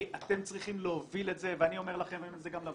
אתם צריכים להוביל את זה ואני אומר לכם ואני אומר את זה גם לות"ת.